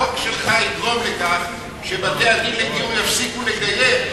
החוק שלך יגרום לכך שבתי-הדיון לגיור יפסיקו לגייר,